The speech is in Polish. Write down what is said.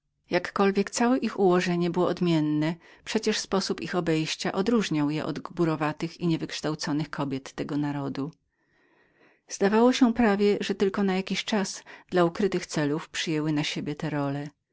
jakkolwiek całe ich ułożenie było odmienne przecież sposób ich obejścia odróżniał je od gburowatych i niewykształconych kobiet tego narodu zdawało się prawie że tylko na jakiś czas dla ukrytych celów przyjęły na siebie te role